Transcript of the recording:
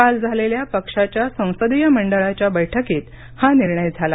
काल झालेल्या पक्षाच्या संसदीय मंडळाच्या बैठकीत हा निर्णय झाला